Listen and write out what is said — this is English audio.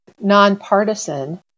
nonpartisan